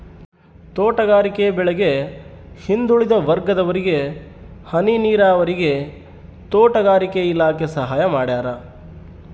ತೋಟಗಾರಿಕೆ ಬೆಳೆಗೆ ಹಿಂದುಳಿದ ವರ್ಗದವರಿಗೆ ಹನಿ ನೀರಾವರಿಗೆ ತೋಟಗಾರಿಕೆ ಇಲಾಖೆ ಸಹಾಯ ಮಾಡ್ಯಾರ